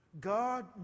God